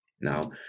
Now